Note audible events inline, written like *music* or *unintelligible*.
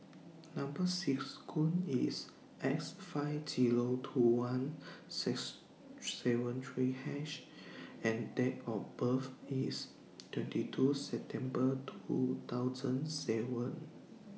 Number *unintelligible* IS S five Zero two one six seven three H and Date of birth IS twenty two September two thousand seven